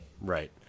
Right